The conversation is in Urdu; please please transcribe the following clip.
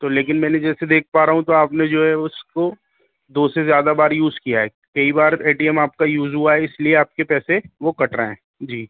تو لیکن میں نے جیسے دیکھ پا رہا ہوں تو آپ نے جو ہے اس کو دو سے زیادہ بار یوز کیا ہے کئی بار اے ٹی ایم آپ کا یوز ہوا ہے اس لیے آپ کی پیسے وہ کٹ رہے ہیں جی